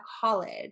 college